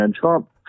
Trump